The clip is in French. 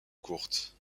courte